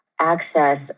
access